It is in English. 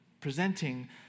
presenting